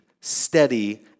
steady